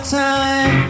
time